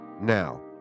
Now